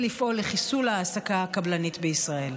לפעול לחיסול ההעסקה הקבלנית בישראל.